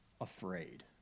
afraid